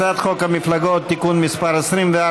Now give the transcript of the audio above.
הצעת חוק המפלגות (תיקון מס' 24),